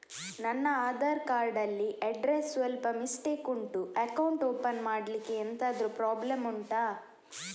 ನನ್ನ ಆಧಾರ್ ಕಾರ್ಡ್ ಅಲ್ಲಿ ಅಡ್ರೆಸ್ ಸ್ವಲ್ಪ ಮಿಸ್ಟೇಕ್ ಉಂಟು ಅಕೌಂಟ್ ಓಪನ್ ಮಾಡ್ಲಿಕ್ಕೆ ಎಂತಾದ್ರು ಪ್ರಾಬ್ಲಮ್ ಉಂಟಾ